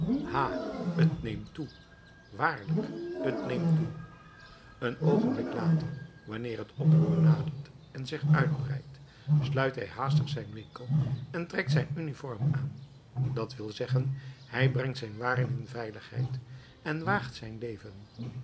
ha t neemt toe waarlijk t neemt toe een oogenblik later wanneer het oproer nadert en zich uitbreidt sluit hij haastig zijn winkel en trekt zijn uniform aan dat wil zeggen hij brengt zijn waren in veiligheid en waagt zijn leven